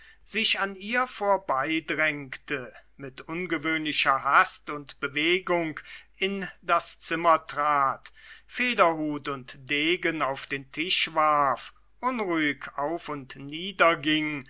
sich an ihr vorbeidrängte mit ungewöhnlicher hast und bewegung in das zimmer trat federhut und degen auf den tisch warf unruhig auf und